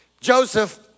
Joseph